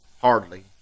Hardly